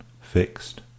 Fixed